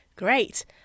Great